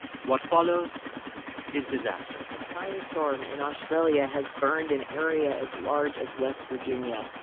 what follows is disaster the fire storm in australia has burned an area as large as west virginia,